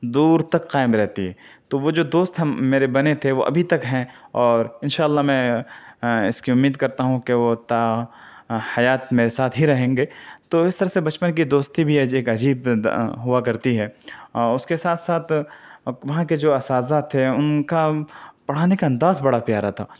دور تک قائم رہتی ہے تو وہ جو دوست ہم میرے بنے تھے وہ ابھی تک ہیں اور ان شاء اللہ میں اس کی امید کرتا ہوں کہ وہ تا حیات میرے ساتھ ہی رہیں گے تو اس طرح سے بچپن کی دوستی بھی ایک عجیب ہوا کرتی ہے اور اس کے ساتھ ساتھ وہاں کے جو اساتذہ تھے ان کا پڑھانے کا انداز بڑا پیارا تھا